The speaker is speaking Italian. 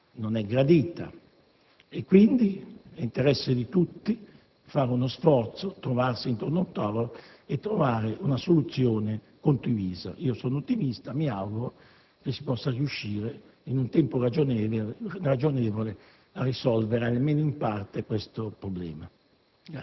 non è gradita, e quindi è interesse di tutti fare uno sforzo, trovarsi intorno ad un tavolo e trovare una soluzione condivisa. Io sono ottimista e mi auguro che si possa riuscire in un tempo ragionevole a risolvere, almeno in parte, questo problema.